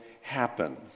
happen